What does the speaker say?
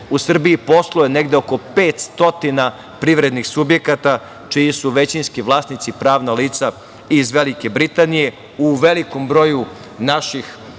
u Srbiji posluje negde oko 500 privrednih subjekata čiji su većinski vlasnici pravna lica iz Velike Britanije. U velikom broju naših privrednih